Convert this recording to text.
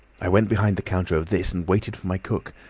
i went behind the counter of this, and waited for my cook,